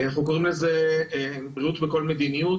אנחנו קוראים לזה בריאות בכל מדיניות,